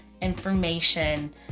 information